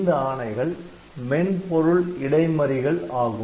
இந்த ஆணைகள் மென்பொருள் இடைமறிகள் ஆகும்